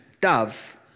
dove